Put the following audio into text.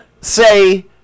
Say